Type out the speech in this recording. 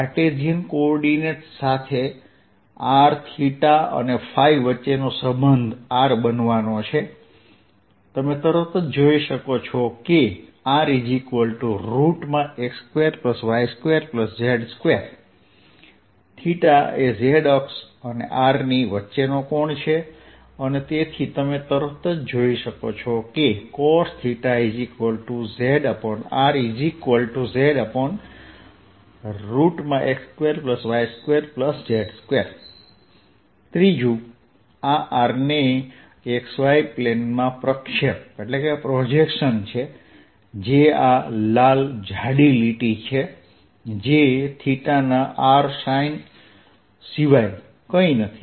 Cartesian coordinates સાથે r અને ϕવચ્ચેનો સંબંધ r બનવાનો છે તમે તરત જ જોઈ શકો છો કે rx2y2z2 એ z અક્ષ અને r ની વચ્ચેનો કોણ છે અને તેથી તમે તરત જ જોઈ શકો છો કે cosθzrzx2y2z2 ત્રીજું આ r ને xy પ્લેનમાં પ્રક્ષેપ છે જે આ લાલ જાડી લીટી છે જે ના rsine સિવાય કંઈ નથી